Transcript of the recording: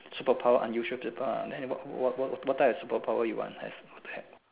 super power unusual super power ah then what what type of super power you want what type